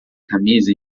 camisa